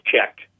checked